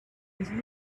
easily